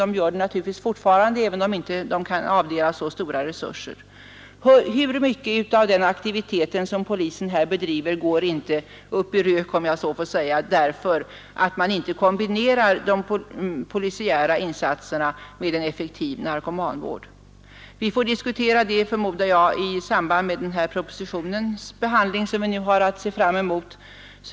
Insatser görs naturligtvis fortfarande, även om polisen inte kan avdela så stora resurser. Hur mycket av den aktivitet som polisen här bedriver går inte upp i rök, om jag så får säga, därför att man inte kombinerar de polisiära insatserna med en aktiv narkomanvård! Jag förmodar att vi får diskutera detta i samband med behandlingen av den proposition som vi nu har att se fram emot.